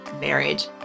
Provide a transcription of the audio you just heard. marriage